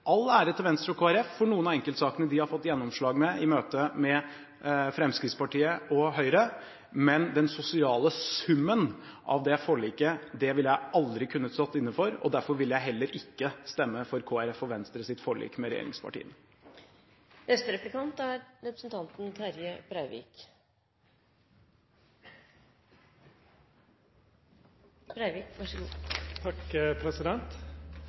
All ære til Venstre og Kristelig Folkeparti for noen av enkeltsakene de har fått gjennomslag for i møte med Fremskrittspartiet og Høyre, men den sosiale summen av det forliket ville jeg aldri kunnet stå inne for. Derfor vil jeg heller ikke stemme for Kristelig Folkepartis og Venstres forlik med regjeringspartiene. Både frå representanten